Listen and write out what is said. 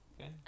Okay